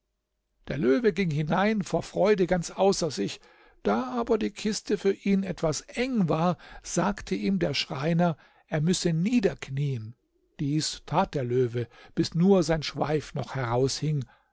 der löwe ging hinein vor freude ganz außer sich da aber die kiste für ihn etwas eng war sagte ihm der schreiner er müsse niederknien dies tat der löwe bis nur sein schweif noch